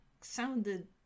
sounded